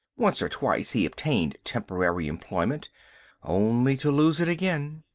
once or twice he obtained temporary employment only to lose it again.